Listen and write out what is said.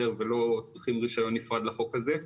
ולא צריכים רישיון נפרד לחוק הזה.